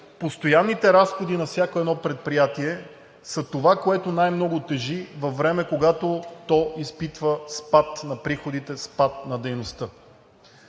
постоянните разходи на всяко едно предприятие са това, което най-много тежи във времето, когато то изпитва спад на приходите, спад на дейността.